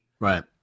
Right